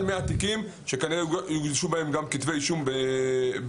100 תיקים שכנראה יוגשו בהם גם כתבי אישום בתהליך.